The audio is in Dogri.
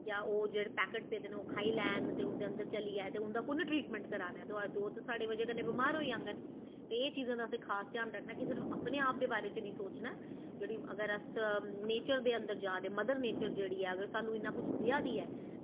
जां ओह् जेह्ड़े पैक्ट पेदे न ओह् खाई लैन ते उं'दे अन्दरर चली जाए ते उं'दा कु'नें ट्रीटमैंट कराना ऐ ओह् ते साढ़ी बजह कन्नै बमार होई जाङन ते एह् चीजें दा असें खास ध्यान रक्खना ऐ कि सिर्फ अपने बारे च निं असें सोचना ऐ जेकर अस नेचर दे अन्दर जा'रने मदर नेचर दे अन्दर जेह्ड़ी ऐ अगर सानूं इन्ना किश देआ दी ऐ